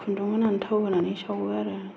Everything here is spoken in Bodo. खुन्दुं होनानै थाव होनानै सावो आरो